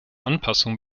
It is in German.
anpassung